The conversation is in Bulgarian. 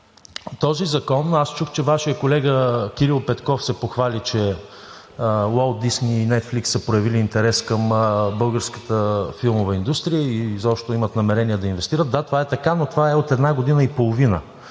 този закон, аз чух, че Вашият колега Кирил Петков, се похвали, че „Уолт Дисни“ и „Нетфликс“ са проявили интерес към българската филмова индустрия и изобщо имат намерение да инвестират. Да, това е така, но това е от една година и половина.